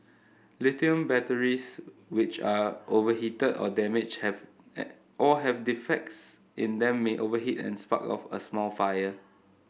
lithium batteries which are overheated or damaged have at or have defects in them may overheat and spark off a small fire